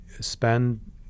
spend